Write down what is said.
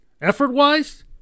Effort-wise